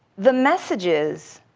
the messages